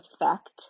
effect